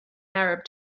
arab